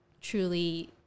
truly